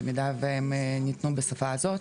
במידה והם ניתנו בשפה הזאת,